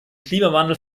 klimawandel